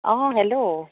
অঁ হেল্ল'